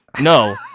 No